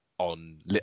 On